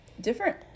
different